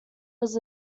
was